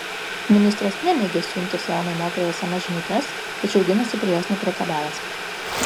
ministras neneigia siuntęs jaunai moteriai sms žinutes tačiau ginasi prie jos nepriekabiavęs